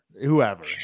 whoever